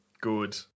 Good